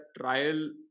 trial